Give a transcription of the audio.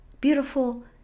Beautiful